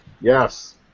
Yes